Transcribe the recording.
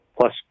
plus